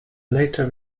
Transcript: later